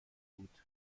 بود